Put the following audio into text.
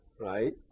right